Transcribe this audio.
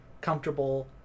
comfortable